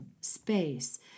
space